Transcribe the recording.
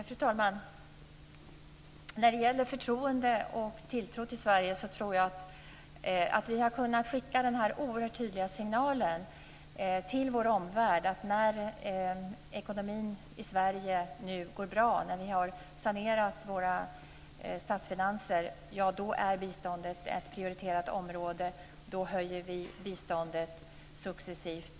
Fru talman! När det gäller förtroende för och tilltro till Sverige tror jag att vi har kunnat skicka den oerhört tydliga signalen till vår omvärld att när ekonomin i Sverige nu går bra, när vi har sanerat våra statsfinanser, då är biståndet ett prioriterat område, då höjer vi biståndet successivt.